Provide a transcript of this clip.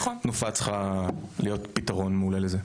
תנופה צריכה להיות פתרון מעולה לזה.